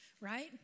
Right